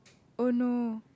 oh no